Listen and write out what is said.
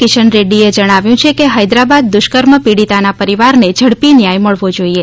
કિશન રેક્રીએ જણાવ્યું છે કે હૈદરાબાદ દુષ્કર્મ પીડીતાના પરિવારને ઝડપી ન્યાય મળવો જોઇએ